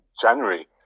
January